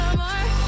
more